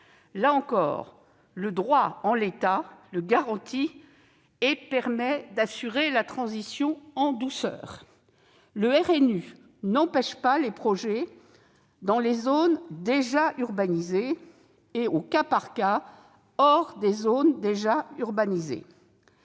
Là encore, le droit en vigueur le garantit et permet d'opérer la transition en douceur. Le RNU n'empêche pas les projets dans les zones déjà urbanisées et, au cas par cas, hors des zones déjà urbanisées.